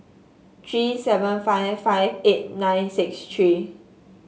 three seven five five eight nine six three